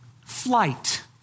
flight